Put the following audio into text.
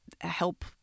help